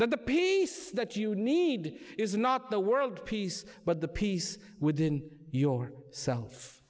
you the peace that you need is not the world peace but the peace within your self